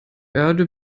erde